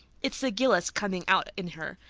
it's the gillis coming out in her.